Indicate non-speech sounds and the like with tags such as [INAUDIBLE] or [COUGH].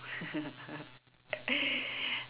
[LAUGHS]